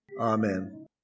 Amen